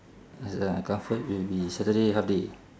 is uh comfort will be saturday half day